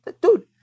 dude